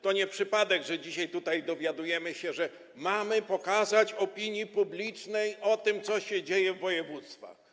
To nie przypadek, że dzisiaj tutaj dowiadujemy się, że mamy pokazać opinii publicznej to, co się dzieje w województwach.